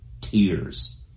tears